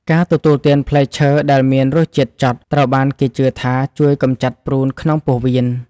ការទទួលទានផ្លែឈើដែលមានរសជាតិចត់ ត្រូវបានគេជឿថាជួយកម្ចាត់ព្រូនក្នុងពោះវៀន។